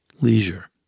leisure